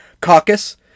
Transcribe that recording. Caucus